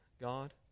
God